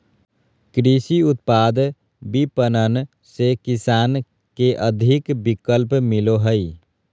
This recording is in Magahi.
कृषि उत्पाद विपणन से किसान के अधिक विकल्प मिलो हइ